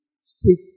speak